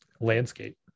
landscape